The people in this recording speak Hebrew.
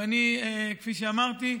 ואני, כפי שאמרתי,